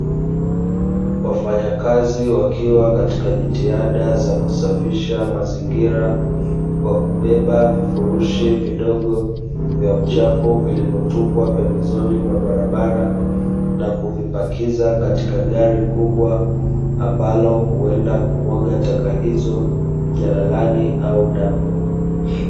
Wafanyakazi wakiwa katika jitihada za kusafisha mazingira kwa kubeba vifurushi vidogo vya uchafu, vilivyotupwa pembezoni mwa barabara na kuvipakiza katika gari kubwa ambalo huenda kumwaga taka hizo jalalani au dampo.